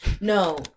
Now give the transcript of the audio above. no